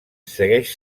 segueix